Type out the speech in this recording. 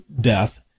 death